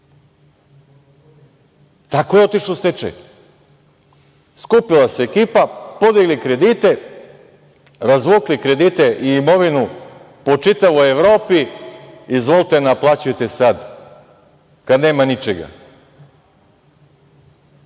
Tako je otišla u stečaj. Skupila se ekipa, podigli kredite, razvukli kredite i imovinu po čitavoj Evropi… Izvolite i naplaćujte sad kad nema ničega.I